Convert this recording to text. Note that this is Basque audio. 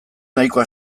nahikoa